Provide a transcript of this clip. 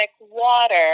water